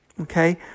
okay